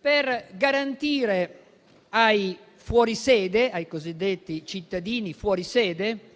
per garantire ai cosiddetti cittadini fuori sede